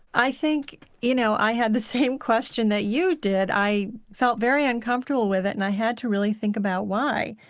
i think, you know i had the same question that you did, i felt very uncomfortable with it and i had to really think about why,